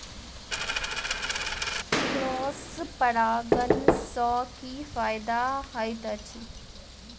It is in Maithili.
क्रॉस परागण सँ की फायदा हएत अछि?